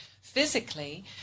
physically